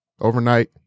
overnight